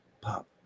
Pop